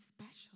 special